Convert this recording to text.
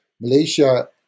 Malaysia